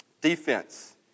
Defense